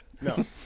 No